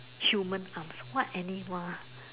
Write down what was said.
human um what animal